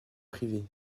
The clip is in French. privées